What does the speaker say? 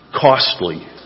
costly